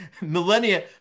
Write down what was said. millennia